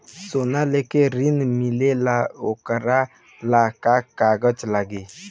सोना लेके ऋण मिलेला वोकरा ला का कागज लागी?